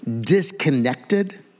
disconnected